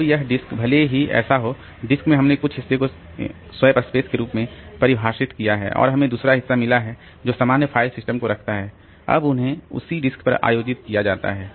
अब यह डिस्क भले ही ऐसा हो डिस्क में हमने कुछ हिस्से को स्वैप स्पेस के रूप में परिभाषित किया है और हमें दूसरा हिस्सा मिला है जो सामान्य फ़ाइल सिस्टम को रखता है अब उन्हें उसी डिस्क पर आयोजित किया जाता है